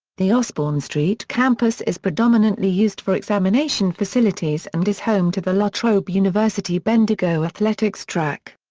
the osbourne street campus is predominantly used for examination facilities and is home to the la trobe university bendigo athletics track.